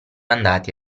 andati